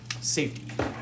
safety